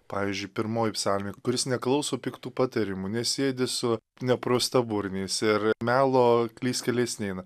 pavyzdžiui pirmoji psalmė kuris neklauso piktų patarimų nesėdi su nepraustaburniais ir melo klystkeliais neina